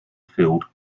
field